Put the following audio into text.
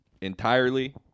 entirely